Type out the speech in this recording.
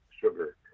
sugar